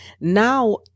now